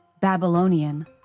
Babylonian